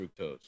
fructose